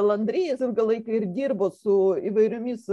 landri jis ilgą laiką ir dirbo su įvairiomis